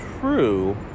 true